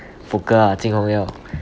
poker ah jing hong 要